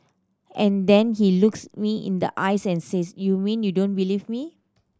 and then he looks me in the eyes and says you mean you don't believe me